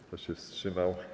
Kto się wstrzymał?